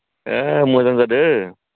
मोजां जादो